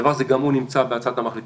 הדבר הזה גם הוא נמצא בהצעת המחליטים.